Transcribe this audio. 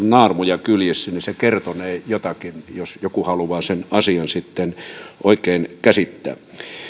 naarmuja kyljissä eli se kertonee jotakin jos joku haluaa sen asian sitten oikein käsittää